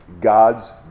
God's